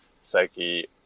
psyche